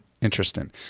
Interesting